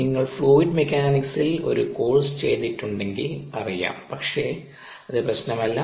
നിങ്ങൾ ഫ്ലൂയിഡ് മെക്കാനിക്സിൽ ഒരു കോഴ്സ് ചെയ്തിട്ടുണ്ടെങ്കിൽ അറിയാം പക്ഷെ അത് പ്രശ്നമല്ല